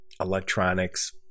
electronics